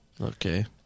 Okay